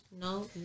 no